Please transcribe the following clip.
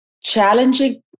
challenging